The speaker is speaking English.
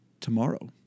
tomorrow